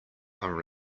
are